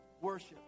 worship